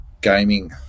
gaming